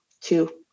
two